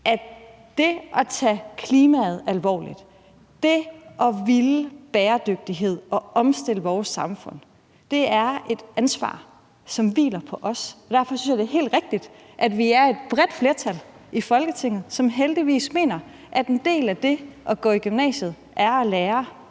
at det at tage klimaet alvorligt og det at ville bæredygtighed og omstille vores samfund er et ansvar, som hviler på os, og derfor synes jeg, det er helt rigtigt, at vi er et bredt flertal i Folketinget, som heldigvis mener, at en del af det at gå i gymnasiet er at lære